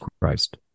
Christ